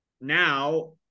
now